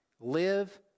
live